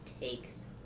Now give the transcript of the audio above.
takes